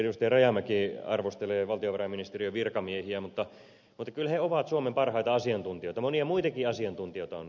rajamäki arvostellut valtiovarainministeriön virkamiehiä mutta kyllä he ovat suomen parhaita asiantuntijoita monia muitakin asiantuntijoita on